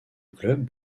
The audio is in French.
club